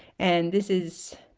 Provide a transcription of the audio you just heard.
and this is